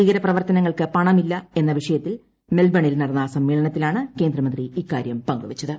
ഭീകരപ്രവർത്തനങ്ങൾക്ക് പണമില്ല എന്ന വിഷയത്തിൽ മെൽബണിൽ നടന്ന സമ്മേളനത്തിലാണ് കേന്ദ്രമന്ത്രി ഇക്കാര്യം പങ്കുവച്ചത്